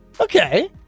Okay